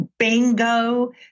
Bingo